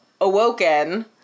awoken